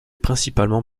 principalement